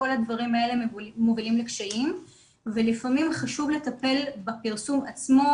כל הדברים האלה מובילים לקשיים ולפעמים חשוב לטפל בפרסום עצמו,